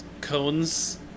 cones